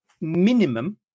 minimum